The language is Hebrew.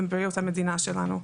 ובריאות המדינה שלנו.